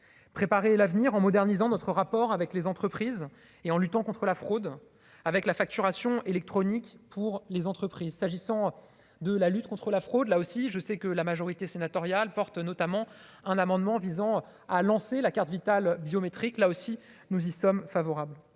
préparer l'avenir en modernisant notre rapport avec les entreprises et en luttant contre la fraude avec la facturation électronique pour les entreprises, s'agissant de la lutte contre la fraude, là aussi, je sais que la majorité sénatoriale porte notamment un amendement visant à lancer la carte Vitale biométrique, là aussi, nous y sommes favorables,